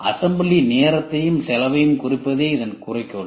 assembly நேரத்தையும் செலவையும் குறைப்பதே இதன் குறிக்கோள்